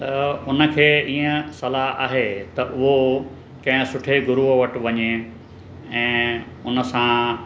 त उन खे ईअं सलाह आहे त उहो कंहिं सुठे गुरूअ वटि वञे ऐं उन सां